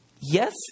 Yes